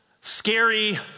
scary